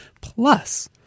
Plus